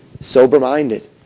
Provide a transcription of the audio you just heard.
sober-minded